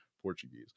Portuguese